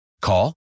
Call